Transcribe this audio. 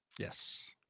Yes